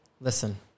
listen